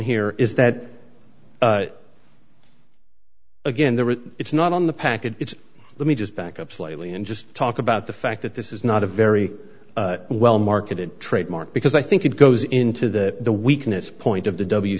here is that again there it's not on the package it's let me just back up slightly and just talk about the fact that this is not a very well marketed trademark because i think it goes into that the weakness point of the w